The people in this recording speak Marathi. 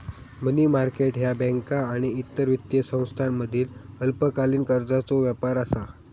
मनी मार्केट ह्या बँका आणि इतर वित्तीय संस्थांमधील अल्पकालीन कर्जाचो व्यापार आसत